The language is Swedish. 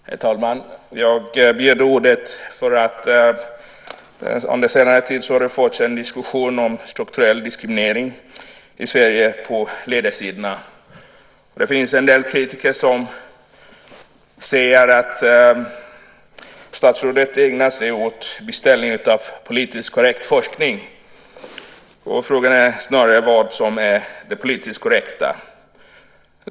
Herr talman! Anledningen till att jag begärde ordet är att det under senare tid har förts en diskussion om strukturell diskriminering i Sverige på ledarsidorna, och det finns en del kritiker som säger att statsrådet ägnar sig åt beställning av politiskt korrekt forskning. Frågan är snarare vad som är det politiskt korrekta.